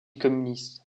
communiste